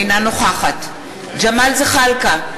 אינה נוכחת ג'מאל זחאלקה,